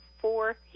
four